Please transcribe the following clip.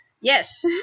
Yes